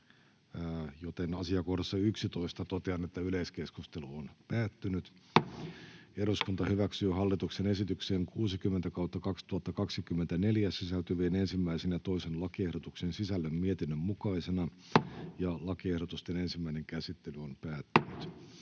joten asiakohdassa 11 totean, että yleiskeskustelu on päättynyt ja eduskunta hyväksyy hallituksen esitykseen HE 60/2024 sisältyvien 1. ja 2. lakiehdotuksen sisällön mietinnön mukaisena. Lakiehdotusten ensimmäinen käsittely on päättynyt.